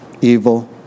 evil